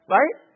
Right